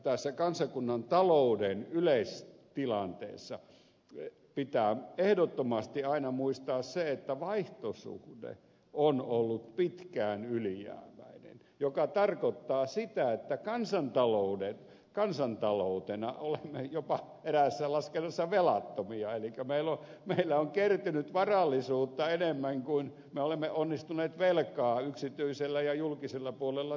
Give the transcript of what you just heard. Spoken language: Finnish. tässä kansakunnan talouden yleistilanteessa pitää ehdottomasti aina muistaa se että vaihtosuhde on ollut pitkään ylijäämäinen mikä tarkoittaa sitä että kansantaloutena olemme jopa eräässä laskennassa velattomia elikkä meille on kertynyt varallisuutta enemmän kuin me olemme onnistuneet velkaa yksityisellä ja julkisella puolella tekemään